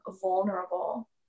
vulnerable